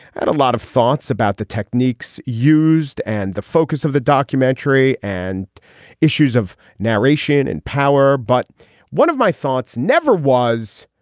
and a lot of thoughts about the techniques used and the focus of the documentary and issues of narration and power. but one of my thoughts never was.